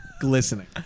Glistening